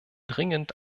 dringend